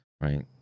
right